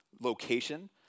location